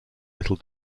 little